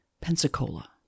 Pensacola